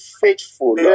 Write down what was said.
faithful